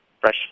fresh